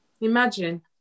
Imagine